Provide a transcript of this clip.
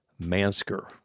Mansker